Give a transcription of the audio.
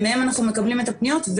את יכולה להגיד לי מספרים לגבי הפניות,